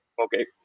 Okay